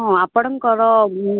ହଁ ଆପଣଙ୍କର